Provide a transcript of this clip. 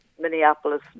Minneapolis